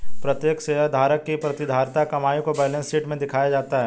प्रत्येक शेयरधारक की प्रतिधारित कमाई को बैलेंस शीट में दिखाया जाता है